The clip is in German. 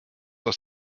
aus